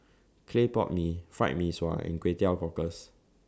Clay Pot Mee Fried Mee Sua and Kway Teow Cockles